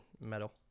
metal